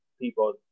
people